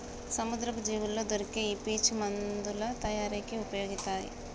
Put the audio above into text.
సముద్రపు జీవుల్లో దొరికే ఈ పీచు మందుల తయారీకి ఉపయొగితారు